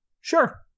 Sure